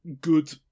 good